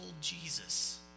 Jesus